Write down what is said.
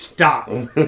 Stop